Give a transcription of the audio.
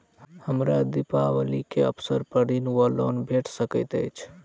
हमरा दिपावली केँ अवसर पर ऋण वा लोन भेट सकैत अछि?